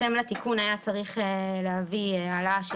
בהתאם לתיקון היה צריך להביא העלאה של